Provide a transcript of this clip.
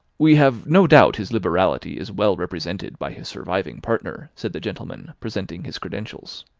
we have no doubt his liberality is well represented by his surviving partner, said the gentleman, presenting his credentials.